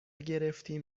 گرفتیم